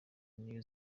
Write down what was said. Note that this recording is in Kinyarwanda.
new